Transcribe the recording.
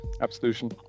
absolution